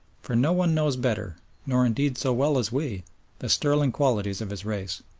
for no one knows better nor, indeed, so well as we the sterling qualities of his race.